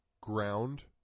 ground